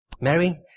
Mary